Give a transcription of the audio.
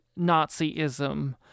Nazism